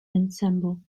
ensemble